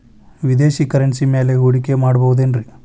ವಿದೇಶಿ ಕರೆನ್ಸಿ ಮ್ಯಾಲೆ ಹೂಡಿಕೆ ಮಾಡಬಹುದೇನ್ರಿ?